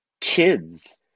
kids